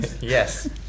Yes